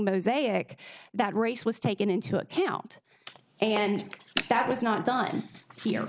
mosaic that race was taken into account and that was not done